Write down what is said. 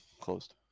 closed